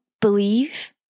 believe